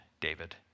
David